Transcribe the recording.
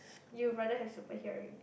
you rather have super hearing